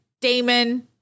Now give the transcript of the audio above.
Damon